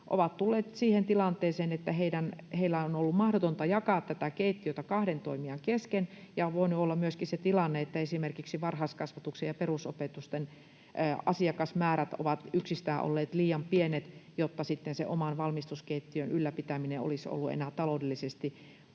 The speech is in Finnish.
ovat tulleet siihen tilanteeseen, että heidän on ollut mahdotonta jakaa tätä keittiötä kahden toimijan kesken, ja on voinut olla myöskin se tilanne, että esimerkiksi varhaiskasvatuksen ja perusopetuksen asiakasmäärät ovat yksistään olleet liian pienet, jotta sitten sen oman valmistuskeittiön ylläpitäminen olisi ollut enää taloudellisesti järkevää.